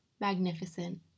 magnificent